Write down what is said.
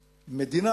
מדינה.